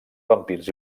vampirs